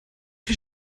chi